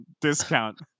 discount